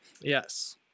yes